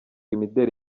imideri